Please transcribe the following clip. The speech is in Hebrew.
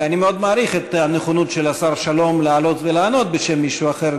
ואני מאוד מעריך את הנכונות של השר שלום לעלות ולענות בשם מישהו אחר,